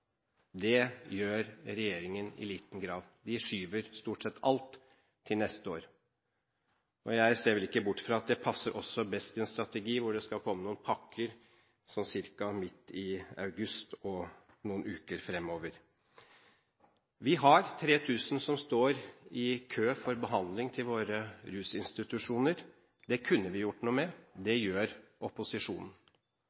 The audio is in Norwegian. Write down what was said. Det gjør regjeringen i liten grad, de skyver stort sett alt til neste år. Og jeg ser ikke bort fra at det også passer best i en strategi hvor det skal komme noen pakker sånn ca. midt i august og noen uker fremover. Det er 3 000 som står i kø for behandling i våre rusinstitusjoner. Det kunne vi gjort noe med. Det